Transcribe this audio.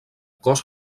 cos